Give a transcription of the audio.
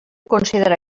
considera